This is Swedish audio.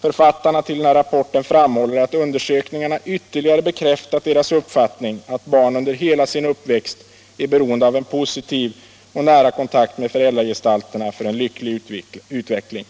Författarna till rapporten framhåller att undersökningarna ytterligare bekräftat deras uppfattning att barn under hela sin uppväxt är beroende av en positiv och nära kontakt med föräldragestalterna för en lycklig utveckling.